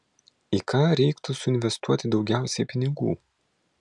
į ką reiktų suinvestuoti daugiausiai pinigų